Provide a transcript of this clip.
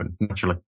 naturally